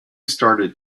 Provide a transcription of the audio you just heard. started